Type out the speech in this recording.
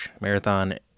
Marathon